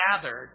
gathered